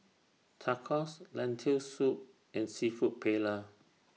Tacos Lentil Soup and Seafood Paella